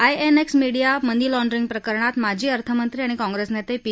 INX media money laundering प्रकरणात माजी अर्थमंत्री आणि काँग्रेस नेते पी